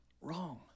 wrong